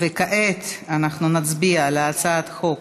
וכעת אנחנו נצביע על הצעת חוק